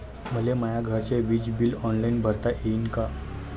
मले माया घरचे विज बिल ऑनलाईन भरता येईन का?